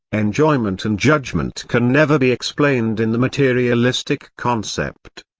enjoyment and judgment can never be explained in the materialistic concept.